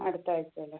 ആ അടുത്താഴ്ച അല്ലെ